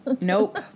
Nope